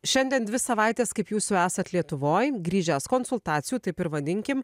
šiandien dvi savaitės kaip jūs jau esat lietuvoj grįžęs konsultacijų taip ir vadinkim